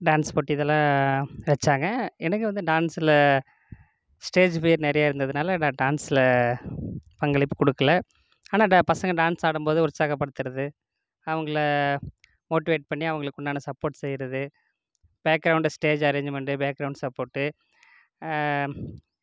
dance போட்டி இதெல்லாம் வச்சாங்க எனக்கு வந்து டான்ஸில் ஸ்டேஜ் ஃபியர் நிறையா இருந்ததனால நான் டான்ஸ்ல பங்களிப்பு கொடுக்கல ஆனால் ட பசங்கள் டான்ஸ் ஆடும்போது உற்சாகப்படுத்துகிறது அவங்கள மோட்டிவேட் பண்ணி அவங்களுக்குண்டான சப்போர்ட் செய்கிறது background stage arrangement background support